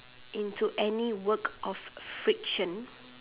into any work of friction